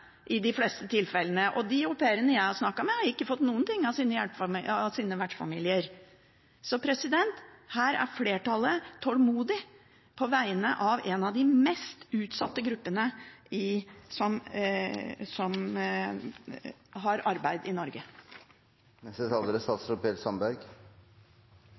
i de fleste tilfellene. De au pairene jeg har snakket med, har ikke fått noen ting av sine vertsfamilier. Så her er flertallet tålmodig på vegne av en av de mest utsatte gruppene som har arbeid i Norge. Representanten Karin Andersen har tatt opp de forslagene hun refererte til. Jeg vil bare gjenta, for jeg tror det er